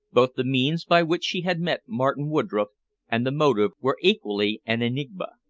both the means by which she had met martin woodroffe and the motive were equally an enigma.